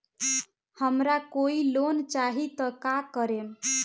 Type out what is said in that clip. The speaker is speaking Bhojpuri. हमरा कोई लोन चाही त का करेम?